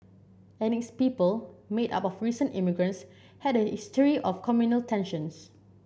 and its people made up of recent immigrants had a history of communal tensions